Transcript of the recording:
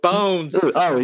Bones